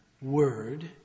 word